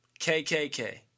KKK